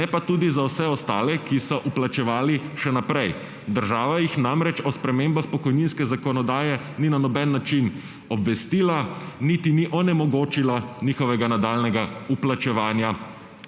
ne pa tudi za vse ostale, ki so vplačevali še naprej. Država jih namreč o spremembah pokojninske zakonodaje ni na noben način obvestila, niti ni onemogočila njihovega nadaljnjega vplačevanja